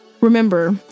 Remember